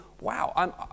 wow